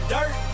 Dirt